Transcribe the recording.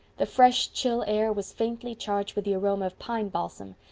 the fresh chill air was faintly charged with the aroma of pine balsam,